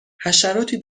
حشراتی